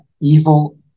evil